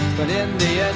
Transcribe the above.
but in the